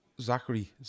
Zachary